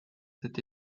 cet